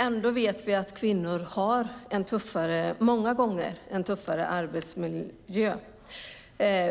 Ändå vet vi att kvinnor har en många gånger tuffare arbetsmiljö.